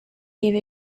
gave